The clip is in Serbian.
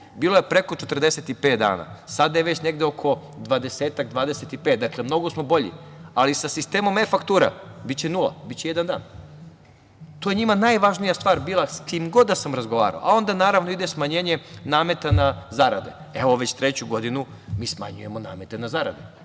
Bilo je preko 45 dana, a sada je već negde oko 20-25. Dakle, mnogo smo bolji, ali sa sistemom e-faktura biće nula, biće jedan dan. To je njima najvažnija stvar bila, s kim god da sam razgovarao. Onda, naravno, ide smanjenje nameta na zarade. Evo, već treću godinu mi smanjujemo namete na zarade,